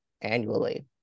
annually